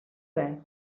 res